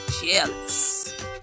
jealous